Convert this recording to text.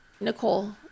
nicole